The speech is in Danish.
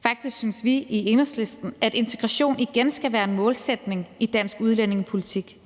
Faktisk synes vi i Enhedslisten, at integration igen skal være en målsætning i dansk udlændingepolitik.